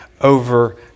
over